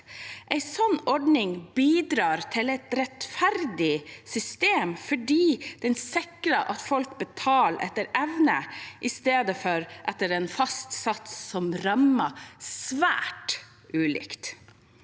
En slik ordning bidrar til et rettferdig system fordi den sikrer at folk betaler etter evne i stedet for etter en fast sats, som rammer svært ulikt.